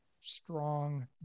strong